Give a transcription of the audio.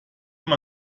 noch